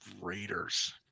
Raiders